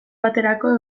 baterako